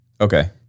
Okay